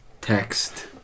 text